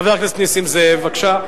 חבר הכנסת נסים זאב, בבקשה.